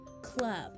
Club